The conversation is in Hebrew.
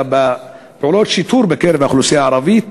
בפעולות שיטור בקרב האוכלוסייה הערבית,